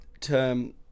term